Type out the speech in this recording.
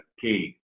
key